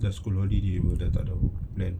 just school holiday dia tak ada plan